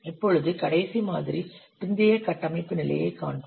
இப்பொழுது கடைசி மாதிரி பிந்தைய கட்டமைப்பு நிலையைக் காண்போம்